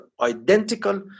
identical